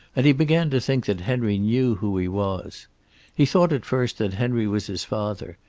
and he began to think that henry knew who he was he thought at first that henry was his father,